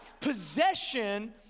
Possession